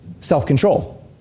self-control